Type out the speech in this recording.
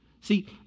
See